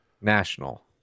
national